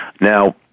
Now